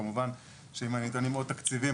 וכמובן שאם היו ניתנים עוד תקציבים,